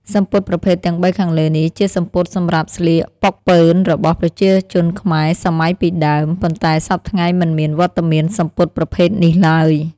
សំពត់ប្រភេទទាំងបីខាងលើនេះ ជាសំពត់សម្រាប់ស្លៀកប៉ុកប៉ឺនរបស់ប្រជាជនខ្មែរសម័យពីដើម ប៉ុន្តែសព្វថ្ងៃមិនមានវត្តមានសំពត់ប្រភេទនេះឡើយ។